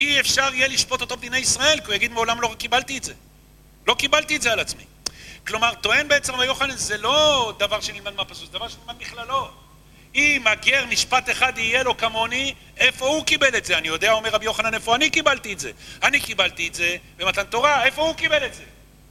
אי אפשר יהיה לשפוט אותו בדיני ישראל, כי הוא יגיד "מעולם, לא קיבלתי את זה - לא קיבלתי את זה על עצמי". כלומר, טוען בעצם רבי יוחנן, זה לא דבר שנלמד מהפסוק, זה דבר שנלמד בכללו. אם הגר, משפט אחת יהיה לו כמוני, איפה הוא קיבל את זה? אני יודע, אומר הרבי יוחנן, איפה, אני קיבלתי את זה. אני קיבלתי את זה במתן תורה, איפה הוא קיבל את זה?